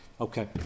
Okay